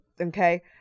okay